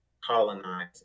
colonize